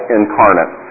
incarnate